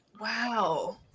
Wow